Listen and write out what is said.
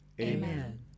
Amen